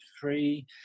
free